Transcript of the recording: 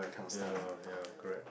ya ya correct